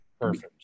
perfect